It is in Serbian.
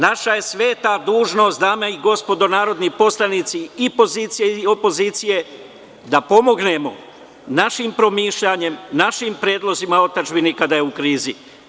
Naša je sveta dužnost, dame gospodo narodni poslanici i pozicije i opozicije, da pomognemo našim promišljanjem, našim predlozima otadžbini kada je u krizi.